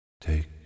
Take